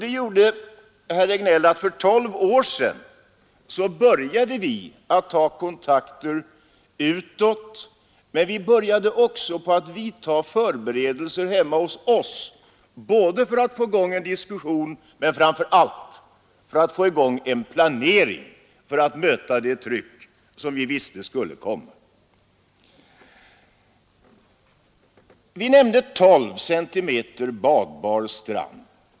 Det gjorde att vi för tolv år sedan började ta kontakter utåt. Men vi började också vidta förberedelser hemma, både för att få i gång en diskussion men framför allt för att få i gång en planering för att möta det tryck som vi visste skulle komma. Vi nämnde 12 cm badbar strand.